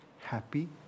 Happy